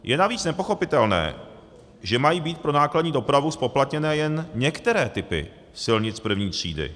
Je navíc nepochopitelné, že mají být pro nákladní dopravu zpoplatněné jen některé typy silnic první třídy.